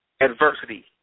Adversity